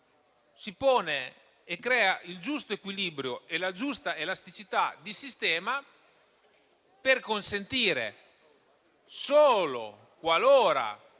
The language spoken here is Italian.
avviso crea il giusto equilibrio e la giusta elasticità di sistema per consentire al